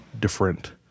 different